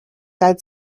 said